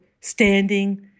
standing